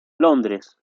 londres